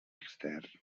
externs